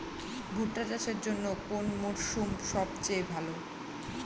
ভুট্টা চাষের জন্যে কোন মরশুম সবচেয়ে ভালো?